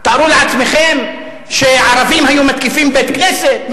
תארו לעצמכם שערבים היו מתקיפים בית-כנסת,